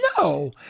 No